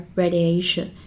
radiation